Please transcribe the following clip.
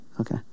Okay